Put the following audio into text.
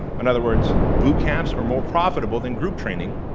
in other words, boot camps are more profitable than group training,